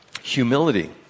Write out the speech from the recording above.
humility